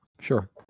Sure